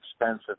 expensive